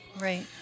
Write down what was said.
Right